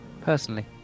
Personally